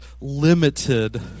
limited